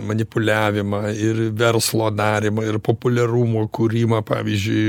manipuliavimą ir verslo darymą ir populiarumo kūrimą pavyzdžiui